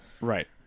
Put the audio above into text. Right